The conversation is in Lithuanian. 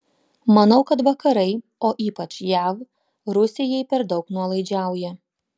manau kad vakarai o ypač jav rusijai per daug nuolaidžiauja